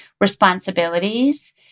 responsibilities